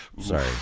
Sorry